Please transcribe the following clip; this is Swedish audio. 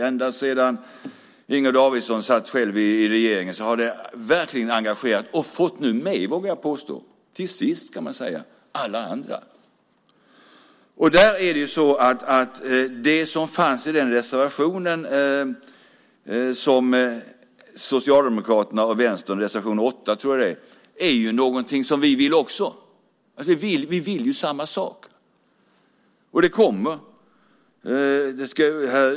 Ända sedan Inger Davidson satt i regeringen har det verkligen engagerat och vi har nu till sist, vågar jag påstå, fått med alla andra. Det som Socialdemokraterna och Vänsterpartiet tar upp i reservation nr 8 är ju något som vi också vill. Vi vill ju samma sak.